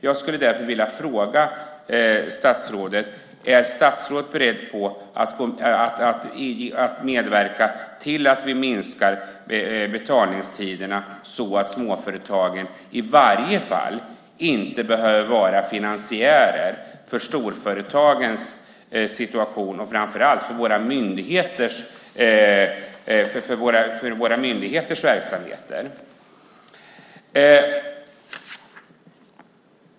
Jag skulle därför vilja fråga statsrådet om hon är beredd att medverka till att vi minskar betalningstiderna så att småföretagen i varje fall inte behöver vara finansiärer för storföretagens situation och framför allt för våra myndigheters verksamheter.